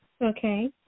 Okay